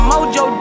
Mojo